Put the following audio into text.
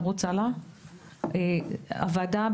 הוועדה,